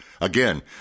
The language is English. Again